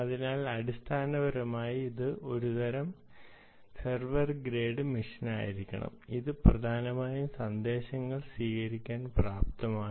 അതിനാൽ അടിസ്ഥാനപരമായി ഇത് ഒരു തരം സെർവർ ഗ്രേഡ് മെഷീനായിരിക്കണം അത് പ്രധാനമായും സന്ദേശങ്ങൾ സ്വീകരിക്കാൻ പ്രാപ്തമാണ്